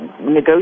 negotiate